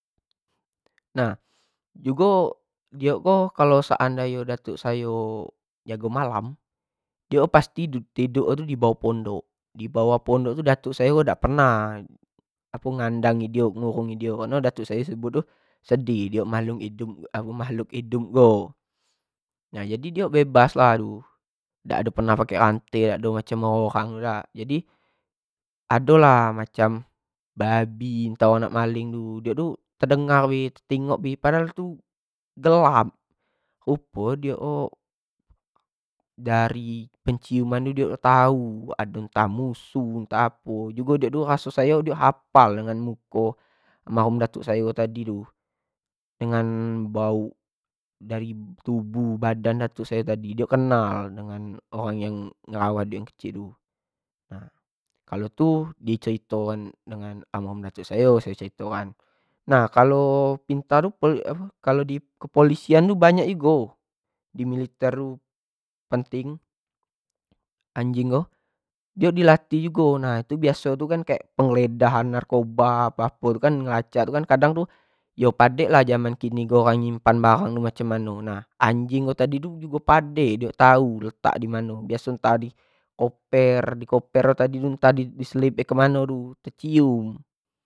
Nah jugo diok o jugo seandai nyo datuk sayo jago malam diok pasti tiduk di bawah pondok, di bawah pondok ko datuk sayo tu dak pernah apo ngandangi diok ngurungi diok kareno datuk sayo sebut ko sedih di makhluk hidup ko, nah jadi dio bebas lah ru, dak pernah pake rante, dak pernah macam orang-orang dak, jadi ado lah amcam babi atau orang nak maling tu diok tu terdengar be tetengok be padahal diok tu gelap, rupo diok o dari penciuman diok atau ntah ado musuh ntah apo jugo diok o aku raso hapal dengan muko almarhum datuk ayo tadi tu, denga bauk dari tubuh badan datuk sayo tadi diok kenal samo yang ngerewat diok dari kecik tu, nah kalo itu di cerito kan amo almarhum datuk ayo sayo cerito kan, nah kalo pintar kalo apo di kepolisian tu banyak jugo di militer tu penting aanjing ko dio di latih jugo nah itu biaso kan kayak penggeledahan narkoba apo apo kan, yo kadang tu yo padek lah zaman kini ko orang nyimpan barang macam mano, anjing ko tadi tu jugo padek dio tau diletak di mano, biaso ntah di koper, di koper nyo tadi tu ntah di selip nyo di mano ko ntah tapi kecium.